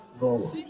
Go